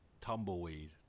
Tumbleweed